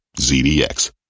ZDX